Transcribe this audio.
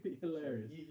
hilarious